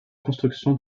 construction